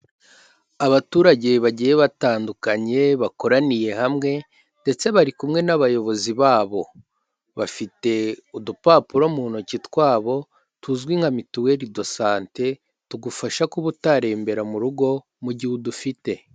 Abaturage bagiye batandukanye bakoraniye hamwe ndetse bari kumwe n'abayobozi babo, bafite udupapuro mu ntoki twabo tuzwi nka mituweri do sante, tugufasha kuba utarembera mu rugo mu gihe udufite.